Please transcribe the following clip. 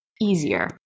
easier